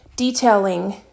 Detailing